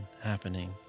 happening